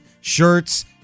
Shirts